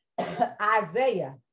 Isaiah